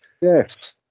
Yes